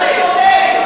בכנסת.